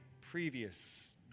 previous